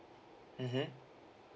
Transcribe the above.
mmhmm